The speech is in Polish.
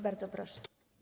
Bardzo proszę.